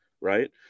Right